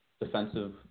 defensive